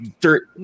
dirt